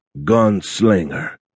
gunslinger